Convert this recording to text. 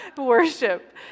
worship